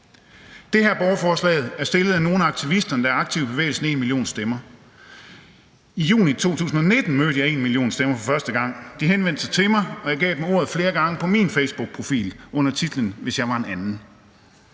Det her borgerforslag er stillet af nogle af aktivisterne, der er aktive i bevægelsen #enmillionstemmer. I juni 2019 mødte jeg #enmillionstemmer for første gang. De henvendte sig til mig, og jeg gav dem ordet flere gange på min facebookprofil under titlen »HVIS JEG VAR EN ANDEN«.